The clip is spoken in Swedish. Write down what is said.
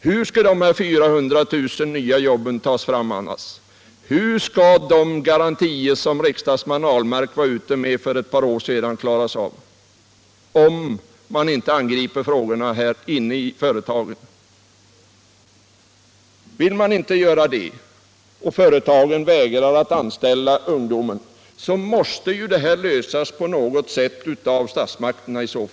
Hur skall de 400 000 nya jobben annars tas fram? Hur skall de garantier som riksdagsmannen Per Ahlmark var ute och lämnade för ett par år sedan infrias, om man inte angriper dessa problem inne i företagen? Vill man inte göra det och företagen vägrar att anställa ungdomar, måste problemen lösas på något sätt av statsmakterna.